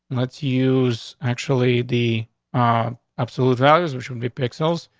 let's use, actually, the absolute values, which would be pixels,